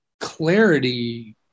clarity